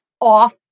off